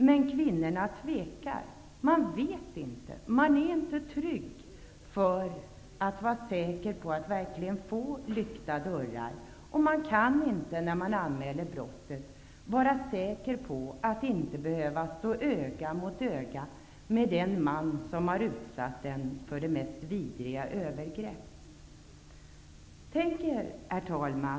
Men kvinnorna tvekar. De kan inte vara säkra på att rättegången sker inför lyckta dörrar. När kvinnorna anmäler brottet kan de inte vara säkra på att inte behöva stå öga mot öga med den man som har utsatt dem för det mest vidriga övergrepp. Herr talman!